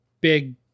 big